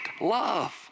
love